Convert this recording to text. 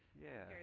yeah.